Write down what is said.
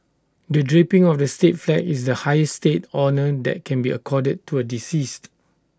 the draping of the state flag is the highest state honour that can be accorded to A deceased